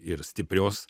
ir stiprios